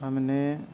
ہم نے